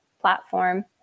platform